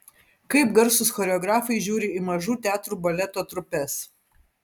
kaip garsūs choreografai žiūri į mažų teatrų baleto trupes